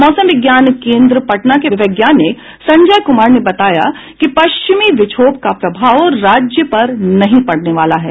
मौसम विज्ञान केन्द्र पटना के वैज्ञानिक संजय कुमार ने बताया कि पश्चिमी विक्षोभ का प्रभाव राज्य पर नहीं पड़ने वाला है